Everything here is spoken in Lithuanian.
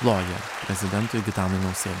ploja prezidentui gitanui nausė